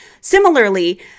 Similarly